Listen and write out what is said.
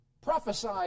prophesy